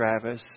Travis